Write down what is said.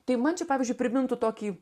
tai man čia pavyzdžiui primintų tokį